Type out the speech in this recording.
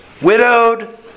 widowed